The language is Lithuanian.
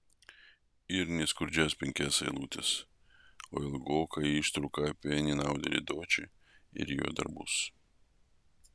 ir ne skurdžias penkias eilutes o ilgoką ištrauką apie nenaudėlį dočį ir jo darbus